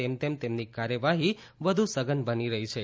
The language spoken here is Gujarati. તેમ તેમ તેમની કાર્યવાહી વધુ સઘન બની રહી છે